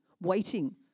waiting